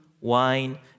wine